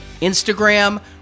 Instagram